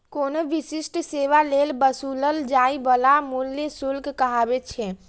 कोनो विशिष्ट सेवा लेल वसूलल जाइ बला मूल्य शुल्क कहाबै छै